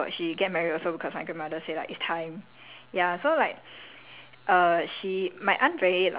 so err she went to uni like my grandmother wanted then like err she get married also because my grandmother say like it's time